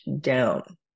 down